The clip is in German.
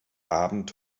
abend